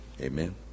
Amen